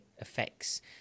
affects